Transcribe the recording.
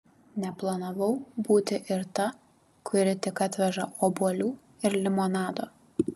neplanavau būti ir ta kuri tik atveža obuolių ir limonado